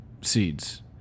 seeds